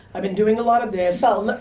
i've been doing a lot of this. ah like